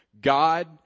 God